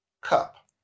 Cup